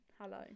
hello